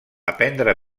aprendre